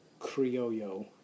Criollo